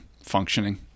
functioning